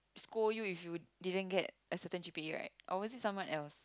scold you if you didn't get a certain G_P_A right or was it someone else